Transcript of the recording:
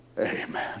Amen